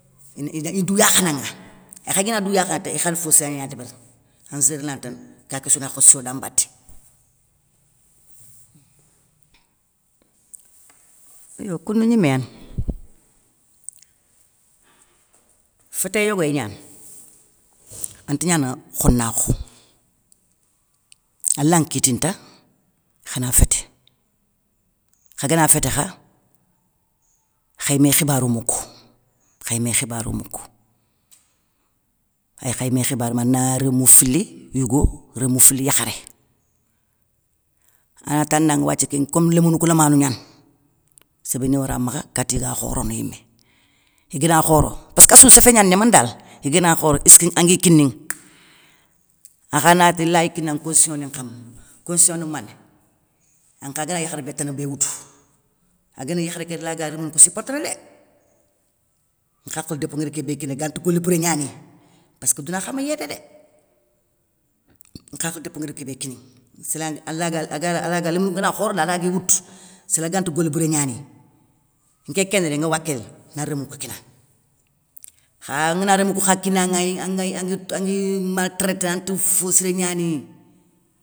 Ini dou yakhanaŋa, akha i kha gana dou yakhanaŋa ta i khani fo siré gna débérini, an zirnatane kaké sou nakhoss siro da mbaté. Yo koundou gniméyane, fétéyé yogoyo gnana, anti gnana khonakhou, alla nkitini ta khana fété, kha gana fété kha, khay mé khibarou moukou, khay mé khibarou moukou, ay kha mékhibarma na rémou fili, yougou, rémou fili yakharé, anata ndanŋa wathia kén kom lomounou kou lamanou gnani, sébérini wara makha katiga khorono yimé, igana khoro, passkassou séfé gnani gnamana dal, igana khoro esskeu angui kininŋe, akhanati lay kinanŋe causissioni nkama. Causissioni mané, ankha gana yakharé bé tana bé woutou aganagni yakharé ké laga lémounou kou soupporténé dé, nhakhilou dépou nguér kébé kiniŋa, ganta goli bouré gnaniy, passke douna khami yédé, dé nhakhilou dépou nguér kébé kiniŋa, sélangue ala ga ag araga lomounou kou gana khorondi aragui woutou, sélaganti koli bouré gnaniyé, nké kén dé nŋi wakiléné na rémou ki kinaŋa. Kha ngana rémou kou kha kinanŋa iy anŋi maltraiténé, ante fossiré gnaniye.